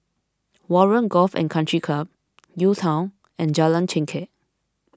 Warren Golf and Country Club UTown and Jalan Chengkek